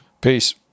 Peace